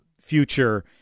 future